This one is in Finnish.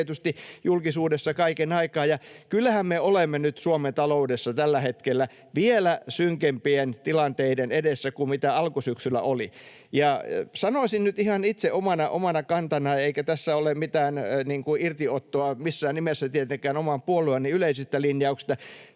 tietysti julkisuudessa kaiken aikaa, ja kyllähän me olemme nyt Suomen taloudessa tällä hetkellä vielä synkempien tilanteiden edessä kuin mikä alkusyksyllä näytti. Ja sanoisin nyt ihan itse omana kantanani, eikä tässä ole mitään irtiottoa missään nimessä tietenkään oman puolueeni yleisistä linjauksista: